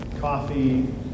coffee